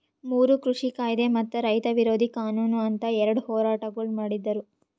ಮೂರು ಕೃಷಿ ಕಾಯ್ದೆ ಮತ್ತ ರೈತ ವಿರೋಧಿ ಕಾನೂನು ಅಂತ್ ಎರಡ ಹೋರಾಟಗೊಳ್ ಮಾಡಿದ್ದರು